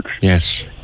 yes